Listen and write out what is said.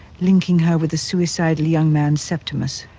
linking her with the suicidal young man, septimus.